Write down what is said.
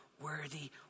Worthy